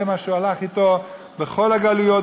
זה מה שהלך אתו בכל הגלויות,